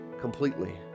completely